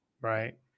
Right